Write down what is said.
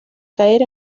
caer